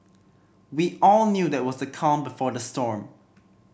we all knew that it was the calm before the storm